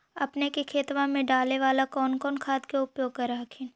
अपने के खेतबा मे डाले बाला कौन कौन खाद के उपयोग कर हखिन?